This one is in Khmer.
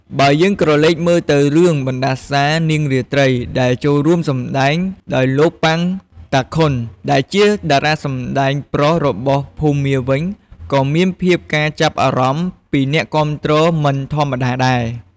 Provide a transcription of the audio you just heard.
បើយើងក្រឡេកទៅមើលរឿងបណ្ដាសានាងរាត្រីដែលចូលរួមសម្តែងដោយលោក ប៉ាង តាខុន ដែលជាតារាសម្តែងប្រុសរបស់ភូមាវិញក៏មានភាពការចាប់អារម្មណ៍ពីអ្នកគាំទ្រមិនធម្មតាដែរ ។